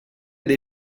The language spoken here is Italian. dei